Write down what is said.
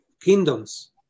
kingdoms